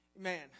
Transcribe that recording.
Man